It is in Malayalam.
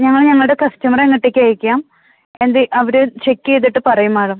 ഞങ്ങൾ ഞങ്ങളുടെ കസ്റ്റമറെ അങ്ങോട്ടേക്ക് അയയ്ക്കാം എന്ത് അവർ ചെക്ക് ചെയ്തിട്ട് പറയും മാഡം